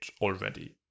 already